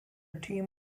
team